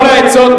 לא לעצות,